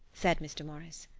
said mr. morris.